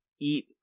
eat